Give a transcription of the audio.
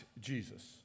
Jesus